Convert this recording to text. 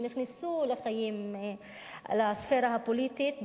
שנכנסו לספירה הפוליטית,